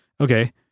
okay